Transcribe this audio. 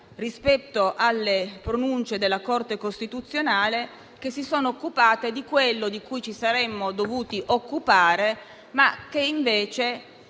rispetto alle pronunce della Corte costituzionale, che si sono occupate di quello di cui ci saremmo dovuti occupare noi, ma che invece